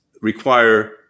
require